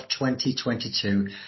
2022